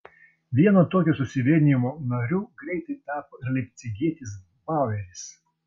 vieno tokio susivienijimo nariu greitai tapo ir leipcigietis baueris